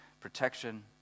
protection